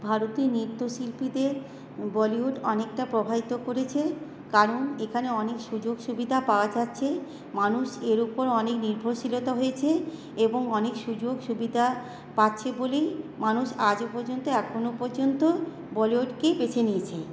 ভারতে নৃত্যশিল্পতে বলিউড অনেকটা প্রভাবিত করেছে কারণ এখানে অনেক সুযোগ সুবিধা পাওয়া যাচ্ছে মানুষ এর উপর অনেক নির্ভরশীলতা হয়েছে এবং অনেক সুযোগ সুবিধা পাচ্ছে বলেই মানুষ আজও পর্যন্ত এখনো পর্যন্ত বলিউডকেই বেছে নিয়েছে